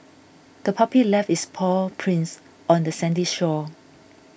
the puppy left its paw prints on the sandy shore